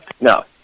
No